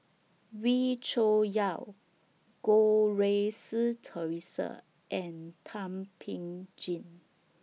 Wee Cho Yaw Goh Rui Si Theresa and Thum Ping Tjin